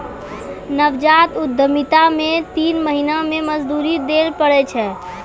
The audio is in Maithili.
नवजात उद्यमिता मे तीन महीना मे मजदूरी दैल पड़ै छै